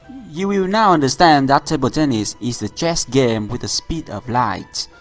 you will now understand that table tennis is the chess game with the speed of light.